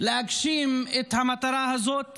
להגשים את המטרה הזאת